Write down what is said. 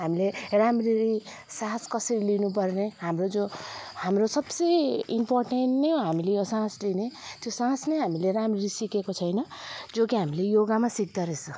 हामीले राम्ररी सास कसरी लिनुपर्ने हाम्रो जो हाम्रो सबसे इम्पोर्टेन्ट नै हो हामीले यो सास लिने त्यो सास नै हामीले राम्ररी सिकेको छैन जो कि हामीले योगामा सिक्दो रहेछ